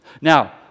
Now